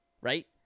Right